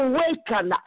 Awaken